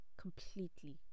completely